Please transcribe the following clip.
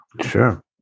Sure